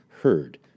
heard